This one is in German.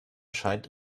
scheint